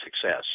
success